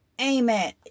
amen